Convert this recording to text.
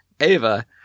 Ava